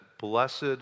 blessed